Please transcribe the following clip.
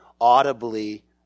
audibly